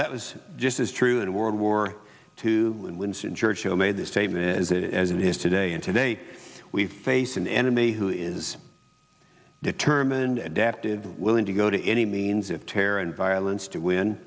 that was just as true in world war two and winston churchill made the same then as it as it is today and today we face an enemy who is determined adapted willing to go to any means of terror and violence to w